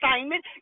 assignment